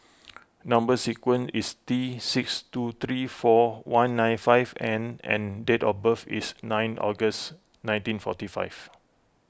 Number Sequence is T six two three four one nine five N and date of birth is nine August nineteen forty five